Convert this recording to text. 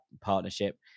partnership